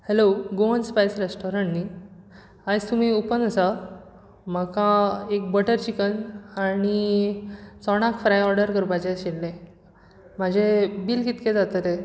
hello Goan spice restaurant नी आयज तुमी ओपन आसा म्हाका एक बटर चिकन आनी चणक फ्राय ऑर्डर करपाचें आशिल्लें म्हजें बील कितकें जातलें